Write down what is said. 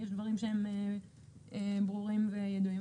יש דברים שהם ברורים וידועים,